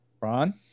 Ron